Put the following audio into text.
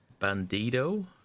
Bandido